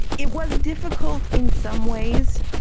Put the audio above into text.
it it was difficult in some ways,